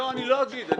אני לא אגיד.